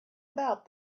about